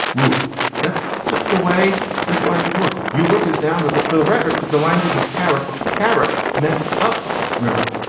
roope that's just the way this language works. you, brooke, is down river for the record that the language is carrick. carrick meant up river.